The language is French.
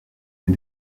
les